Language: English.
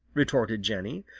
retorted jenny.